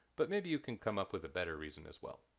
but maybe you can come up with a better reason as well.